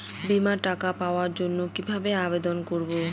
বিমার টাকা পাওয়ার জন্য কিভাবে আবেদন করব?